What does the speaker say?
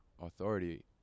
authority